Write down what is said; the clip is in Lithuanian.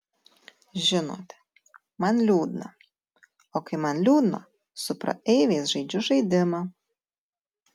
žinote man liūdna o kai man liūdna su praeiviais žaidžiu žaidimą